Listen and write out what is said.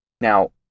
Now